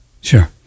sure